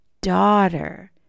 Daughter